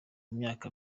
myaka